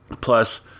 Plus